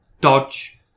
Dodge